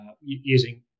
using